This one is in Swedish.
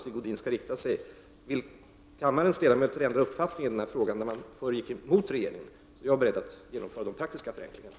Vill kammarens ledamöter ändra uppfattning i den här frågan, där de tidigare gick emot regeringen, är jag beredd att genomföra de praktiska förenklingarna.